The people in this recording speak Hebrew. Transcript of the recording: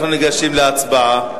אנחנו ניגשים להצבעה